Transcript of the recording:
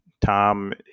Tom